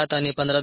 7 आणि 15